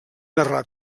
narrar